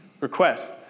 request